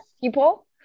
people